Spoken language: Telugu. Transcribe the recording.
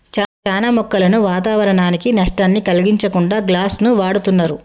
చానా మొక్కలను వాతావరనానికి నష్టాన్ని కలిగించకుండా గ్లాస్ను వాడుతున్నరు